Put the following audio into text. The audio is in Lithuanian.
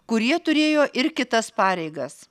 kurie turėjo ir kitas pareigas